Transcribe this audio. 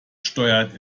steuert